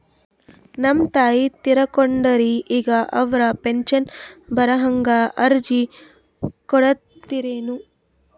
ನಮ್ ತಾಯಿ ತೀರಕೊಂಡಾರ್ರಿ ಈಗ ಅವ್ರ ಪೆಂಶನ್ ಬರಹಂಗ ಅರ್ಜಿ ಕೊಡತೀರೆನು?